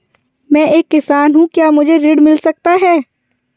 मैं एक किसान हूँ क्या मुझे ऋण मिल सकता है?